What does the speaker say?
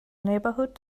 neighborhood